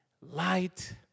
light